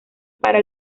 para